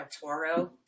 Toro